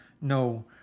no